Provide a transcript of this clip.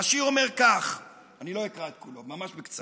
והשיר אומר כך, אני לא אקרא את כולו, ממש בקצרה.